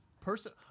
person